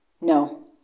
No